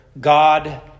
God